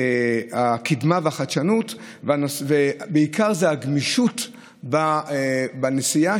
הקדמה והחדשנות, ובעיקר הגמישות בנסיעה.